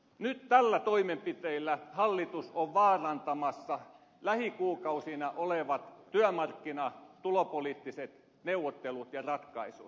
nyt tällä toimenpiteellä hallitus on vaarantamassa lähikuukausina olevat työmarkkina ja tulopoliittiset neuvottelut ja ratkaisut